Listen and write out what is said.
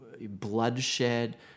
bloodshed